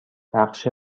بخش